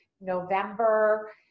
November